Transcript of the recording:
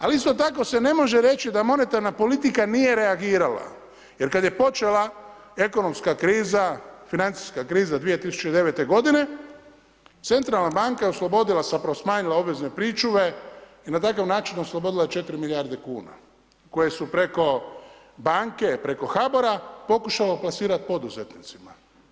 Ali isto tako se ne može reći da monetarna politika nije reagirala, jer kad je počela ekonomska kriza, financijska kriza 2009. godine Centralna banka je oslobodila, zapravo smanjila obvezne pričuve i na takav način oslobodila 4 milijarde kuna koje su preko banke, preko HBOR-a pokušano plasirat poduzetnicima.